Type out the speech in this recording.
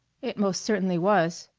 it most certainly was.